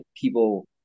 people